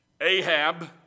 Ahab